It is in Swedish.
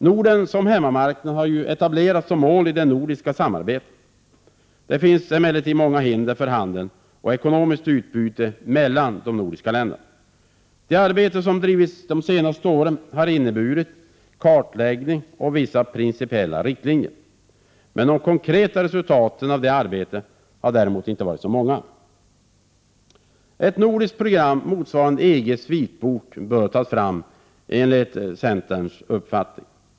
Norden som hemmamarknad har ju etablerats som mål i det nordiska samarbetet. Det finns emellertid många hinder för handel och ekonomiskt utbyte mellan de nordiska länderna. Det arbete som bedrivits de senaste åren har inneburit kartläggning och vissa principiella riktlinjer. De konkreta resultaten av detta arbete har däremot inte varit så många. Ett nordiskt program motsvarande EG:s vitbok bör tas fram enligt centerns uppfattning.